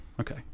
Okay